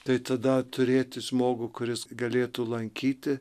tai tada turėti žmogų kuris galėtų lankyti